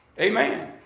Amen